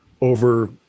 over